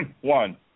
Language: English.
One